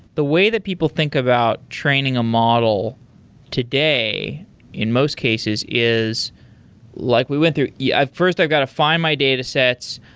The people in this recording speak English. the way that people think about training a model today in most cases is like we went through yeah first, i've got to find my datasets.